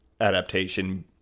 adaptation